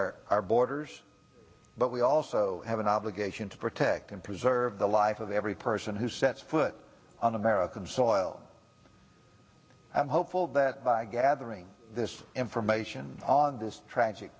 our our borders but we also have an obligation to protect and preserve the life of every person who sets foot on american soil i'm hopeful that by gathering this information on this tragic